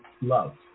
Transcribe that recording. love